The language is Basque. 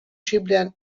xinplean